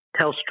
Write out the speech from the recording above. Telstra